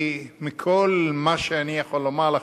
מכל מה שאני יכול לומר לכם,